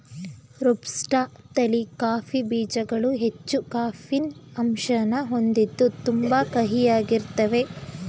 robusta ತಳಿ coffee ಬೀಜ್ಗಳು ಹೆಚ್ಚು ಕೆಫೀನ್ ಅಂಶನ ಹೊಂದಿದ್ದು ತುಂಬಾ ಕಹಿಯಾಗಿರ್ತಾವೇ